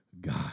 God